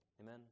Amen